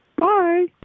Bye